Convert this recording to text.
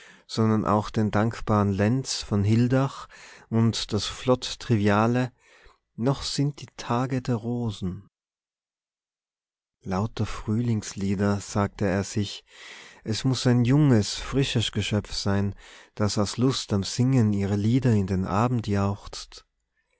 sondern auch den dankbaren lenz von hildach und das flott triviale noch sind die tage der rosen lauter frühlingslieder sagte er sich es muß ein junges frisches geschöpf sein das aus lust am singen ihre lieder in den abend jauchzt